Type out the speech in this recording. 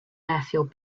airfield